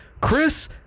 Chris